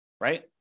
right